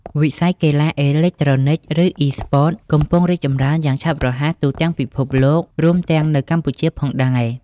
វិស័យកីឡាអេឡិចត្រូនិក ឬ អុីស្ព័ត កំពុងរីកចម្រើនយ៉ាងឆាប់រហ័សទូទាំងពិភពលោក រួមទាំងនៅកម្ពុជាផងដែរ។